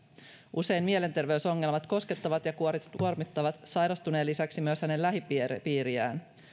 usein mielenterveysongelmat koskettavat ja kuormittavat sairastuneen lisäksi myös hänen lähipiiriään